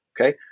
Okay